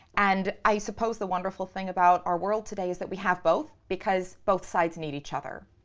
and i suppose the wonderful thing about our world today is that we have both because both sides need each other.